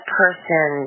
person